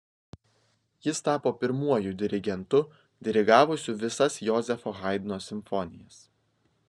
jis tapo pirmuoju dirigentu dirigavusiu visas jozefo haidno simfonijas